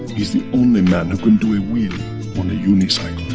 is the only man who can do a weave on a unicef?